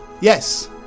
Yes